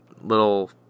little